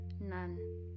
None